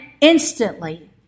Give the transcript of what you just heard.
instantly